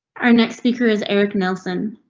our next speaker is eric nelson.